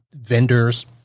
vendors